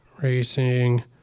Racing